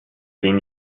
zehn